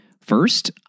First